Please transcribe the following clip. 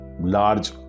large